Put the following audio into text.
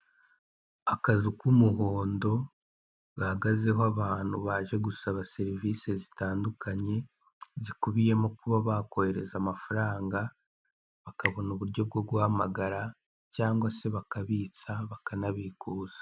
Akazu k'umuhondo, gahagazeho abantu baje gusaba serivise zitandukanye, zikubiyemo kuba bakohereza amafaranga, bakabona uburyo bwo guhamagara, cyangwa se bakabitsa, bakanabikuza.